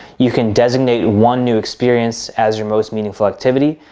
you can designate one new experience as your most meaningful activity.